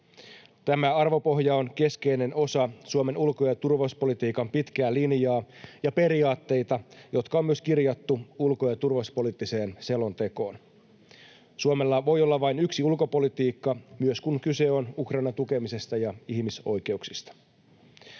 Tämä arvopohja on keskeinen osa Suomen ulko- ja turvallisuuspolitiikan pitkää linjaa ja periaatteita, jotka on kirjattu myös ulko- ja turvallisuuspoliittiseen selontekoon. Suomella voi olla vain yksi ulkopolitiikka, myös silloin kun kyse on Ukrainan tukemisesta ja ihmisoikeuksista.